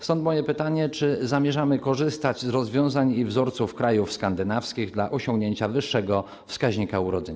Stąd moje pytanie: Czy zamierzamy korzystać z rozwiązań i wzorców krajów skandynawskich w celu osiągnięcia wyższego wskaźnika urodzeń?